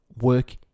work